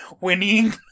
winning